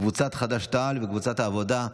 קבוצת סיעת חד"ש-תע"ל וקבוצת סיעת העבודה.